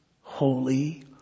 holy